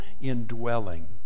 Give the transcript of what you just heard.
indwelling